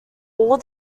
all